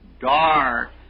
dark